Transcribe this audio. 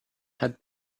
had